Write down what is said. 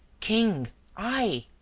king i?